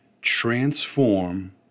transform